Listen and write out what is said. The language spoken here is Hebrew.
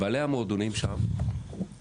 בעלי המועדונים שם,